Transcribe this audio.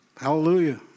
Hallelujah